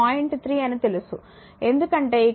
3 అని తెలుసు ఎందుకంటే ఇక్కడ నేను t 0